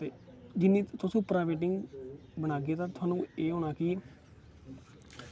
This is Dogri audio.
जिन्नी तुस उप्परा फिंटिंग बनागे ते थाह्नूं एह् होना कि